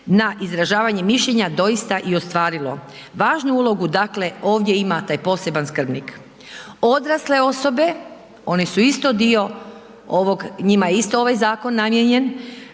na izražavanje mišljenja, doista i ostvarilo. Važnu ulogu dakle ovdje ima taj posebna skrbnik. Odrasle osobe, one su isto dio ovog, njima je isto ovaj zakon namijenjen